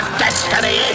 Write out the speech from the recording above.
destiny